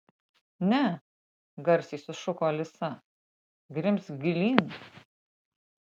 ne garsiai sušuko alisa grimzk gilyn